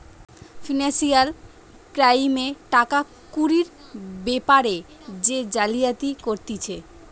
financial ক্রাইমে টাকা কুড়ির বেপারে যে জালিয়াতি করতিছে